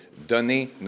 donner